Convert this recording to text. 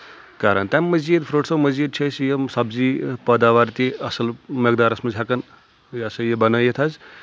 کران تَمہِ مٔزیٖد فروٗٹسو مٔزیٖد چھِ أسۍ یِم سبزی پٲداوار تہِ اَصٕل مقدارَس منٛز ہؠکان یہِ ہسا یہِ بنٲیِتھ حظ